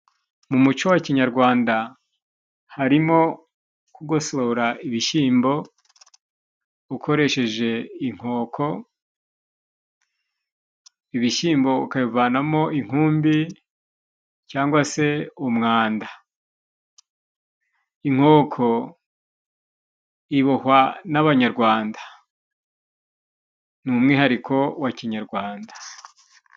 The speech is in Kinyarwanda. Mu muco wa kinyarwanda harimo kugosora ibishyimbo ukoresheje inkoko ,ibishyimbo ukabivanamo inkumbi cyanga se umwanda. Inkoko ibohwa n' abanyarwanda ni umwihariko wa kinyarwanda.